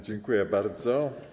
Dziękuję bardzo.